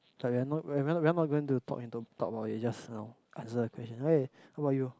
but we're not we're not going to talk into about it just now answer the question hey how about you